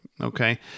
Okay